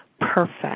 perfect